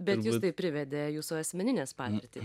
bet jus tai privedė jūsų asmeninės patirtys